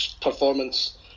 performance